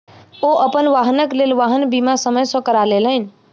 ओ अपन वाहनक लेल वाहन बीमा समय सॅ करा लेलैन